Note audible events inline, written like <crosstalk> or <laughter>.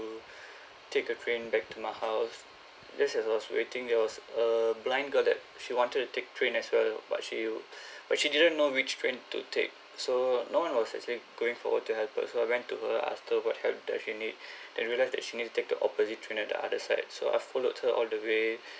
to <breath> take a train back to my house just as I was waiting there was a blind girl that she wanted to take train as well but she <breath> but she didn't know which train to take so no one was actually going forward to help her so I went to her I asked her what help does she need <breath> then realise that she needs to take the opposite train at the other side so I followed her all the way <breath>